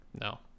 No